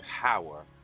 power